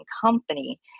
company